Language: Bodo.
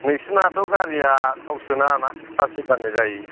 नोंसिनाथ' गारिया थाव सोनाङा ना सार्स होबानो जायो